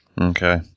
Okay